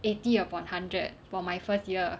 eighty upon hundred for my first year